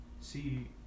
See